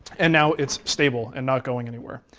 and now it's stable and not going anywhere.